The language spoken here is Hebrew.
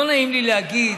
לא נעים לי להגיד,